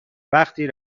وقتی